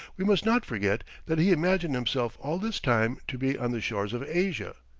we must not forget that he imagined himself all this time to be on the shores of asia.